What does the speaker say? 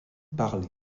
parler